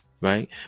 right